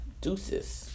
Deuces